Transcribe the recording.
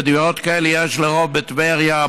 ודירות כאלה יש לרוב בטבריה,